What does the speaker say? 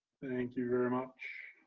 thank you very much.